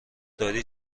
داری